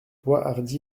boishardy